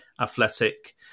Athletic